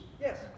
Yes